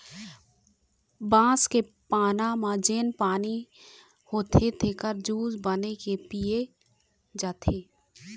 बांस के पाना म जेन पानी होथे तेखर जूस बना के पिए जाथे